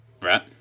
right